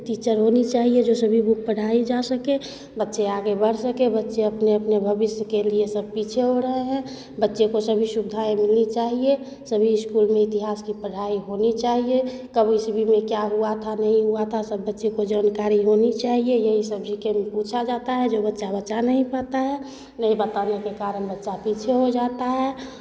teacher होनी चाहिए जो सभी बुक पढ़ाई जा सके बच्चे आगे बढ़ सके बच्चे अपने अपने भविष्य के लिए सब पीछे हो रहे हैं बच्चे को सभी सुविधाएँ मिलनी चाहिए सभी स्कूल में इतिहास की पढ़ाई होनी चाहिए कब ईस्वी में क्या हुआ था नहीं हुआ था सब बच्चे को जानकारी होनी चाहिए यही सब जी के में पूछा जाता है जो बच्चा बता नहीं पाता है नहीं बताने के कारण बच्चा पीछे हो जाता है